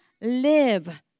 live